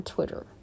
Twitter